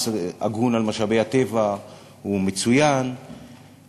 מס על משאבי הטבע הוא מצוין,